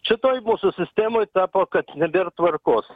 šitoj mūsų sistemoj tapo kad nebėr tvarkos